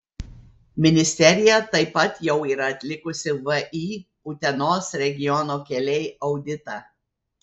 ministerija taip pat jau yra atlikusi vį utenos regiono keliai auditą